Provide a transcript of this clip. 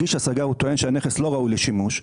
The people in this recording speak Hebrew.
מגיש השגה וטוען שהנכס לא ראוי לשימוש.